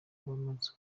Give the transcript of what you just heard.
bamaze